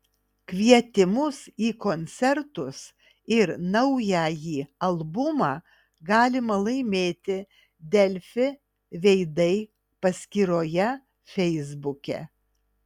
kvietimus į koncertus ir naująjį albumą galima laimėti delfi veidai paskyroje feisbuke